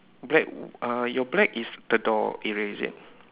black uh your black is the door area is it